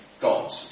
God